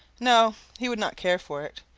no he would not care for it.